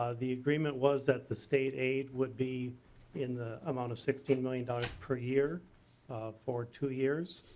ah the agreement was that the state aid would be in the amount of sixteen million dollars per year for two years.